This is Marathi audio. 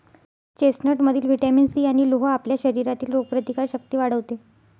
चेस्टनटमधील व्हिटॅमिन सी आणि लोह आपल्या शरीरातील रोगप्रतिकारक शक्ती वाढवते